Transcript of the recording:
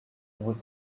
with